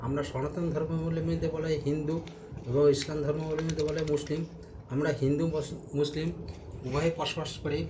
আমরা সনাতন ধর্মাবলম্বীদের বলা হয় হিন্দু এবং ইসলাম ধর্মাবলম্বীদের বলা হয় মুসলিম আমরা হিন্দু মুসলিম উভয়ে বসবাস করি